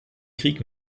krieg